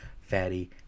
fatty